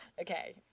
Okay